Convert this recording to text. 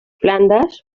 flandes